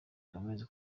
ikomeze